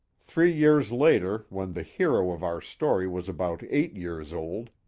three years later, when the hero of our story was about eight years old,